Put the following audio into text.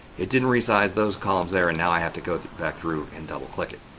it didn't resize those columns there and now i have to go back through and double-click it.